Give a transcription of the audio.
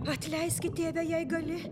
atleiski tėve jei gali